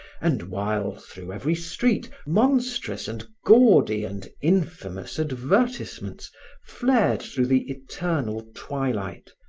and while, through every street, monstrous and gaudy and infamous advertisements flared through the eternal twilight,